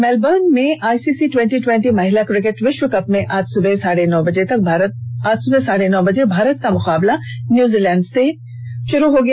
Melbourne में ICC twenty twenty महिला cricket विश्वकप में आज सुबह साढ़े नौ बजे भारत का मुकाबला न्यूजीलैंड से होगा